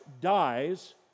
dies